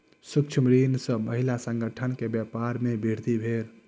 सूक्ष्म ऋण सॅ महिला संगठन के व्यापार में वृद्धि भेल